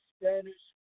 Spanish